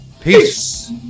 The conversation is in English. peace